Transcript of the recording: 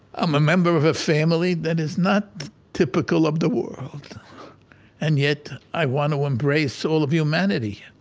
a member of a family that is not typical of the world and yet i want to embrace all of humanity